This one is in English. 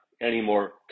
anymore